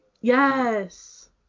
Yes